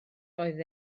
oedd